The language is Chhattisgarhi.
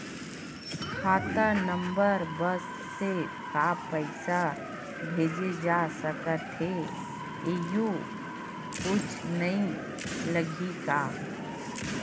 खाता नंबर बस से का पईसा भेजे जा सकथे एयू कुछ नई लगही का?